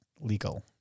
legal